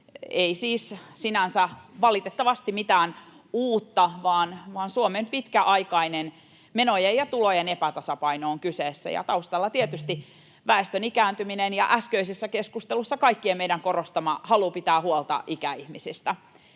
Ei siis sinänsä valitettavasti mitään uutta, vaan Suomen pitkäaikainen menojen ja tulojen epätasapaino on kyseessä, ja taustalla tietysti väestön ikääntyminen ja äskeisessä keskustelussa kaikkien meidän korostama halu pitää huolta ikäihmisistä.